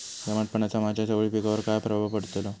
दमटपणाचा माझ्या चवळी पिकावर काय प्रभाव पडतलो?